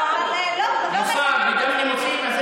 מוסר וגם נימוסים?